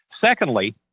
Secondly